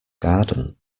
garden